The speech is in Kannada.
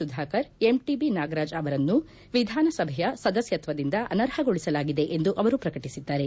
ಸುಧಾಕರ್ ಎಂಟಿಬಿ ನಾಗರಾಜ್ ಅವರನ್ನು ವಿಧಾನಸಭೆಯ ಸದಸ್ವತ್ವದಿಂದ ಅನರ್ಹಗೊಳಿಸಲಾಗಿದೆ ಎಂದು ಅವರು ಪ್ರಕಟಿಸಿದ್ದಾರೆ